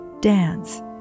dance